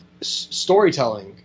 Storytelling